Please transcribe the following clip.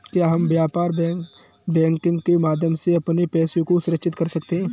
क्या हम व्यापार बैंकिंग के माध्यम से अपने पैसे को सुरक्षित कर सकते हैं?